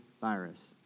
virus